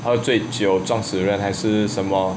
喝醉酒撞死人还是什么